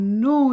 no